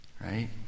right